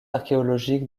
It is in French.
archéologique